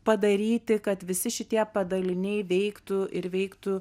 padaryti kad visi šitie padaliniai veiktų ir veiktų